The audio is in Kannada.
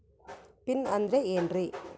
ಪಿನ್ ಅಂದ್ರೆ ಏನ್ರಿ?